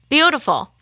Beautiful